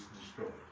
destroyed